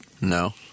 No